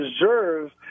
deserve